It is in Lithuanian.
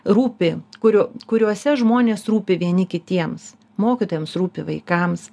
rūpi kurių kuriose žmonės rūpi vieni kitiems mokytojams rūpi vaikams